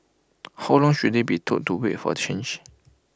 how long should they be told to wait for the change